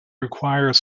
require